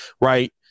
right